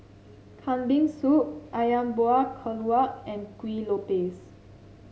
Kambing Soup ayam Buah Keluak and Kuih Lopes